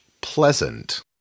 Pleasant